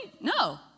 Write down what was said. No